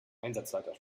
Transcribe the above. einsatzleiter